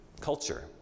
culture